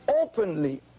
openly